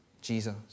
Jesus